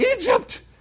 Egypt